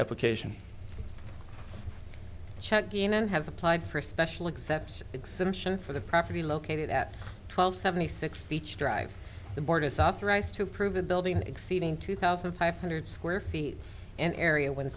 application has applied for a special exception exemption for the property located at twelve seventy six beach drive the board is authorized to approve the building exceeding two thousand five hundred square feet an area w